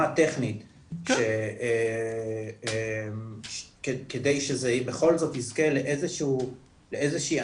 הטכנית כדי שזה בכל זאת יזכה לאיזה שהיא אמירה.